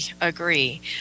agree